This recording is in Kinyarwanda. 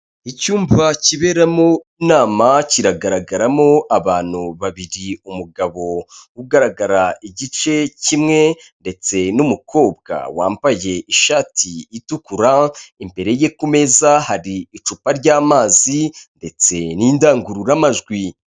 Icyumba kiberamo inama kiragaragaramo abantu babiri, umugabo ugaragara igice kimwe ndetse n'umukobwa wambaye ishati itukura, imbere ye ku meza hari icupa ry'amazi ndetse n'indangururamajwi.